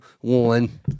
one